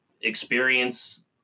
experience